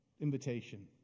invitation